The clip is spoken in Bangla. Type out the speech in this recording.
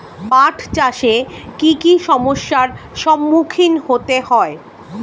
পাঠ চাষে কী কী সমস্যার সম্মুখীন হতে হয়?